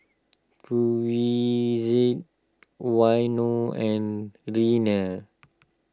Waino and